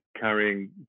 carrying